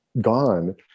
gone